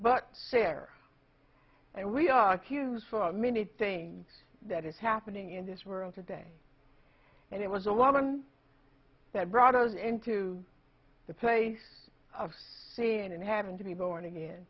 but there and we are cues from anything that is happening in this world today and it was a woman that brought us into the place of seeing and having to be born again